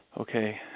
Okay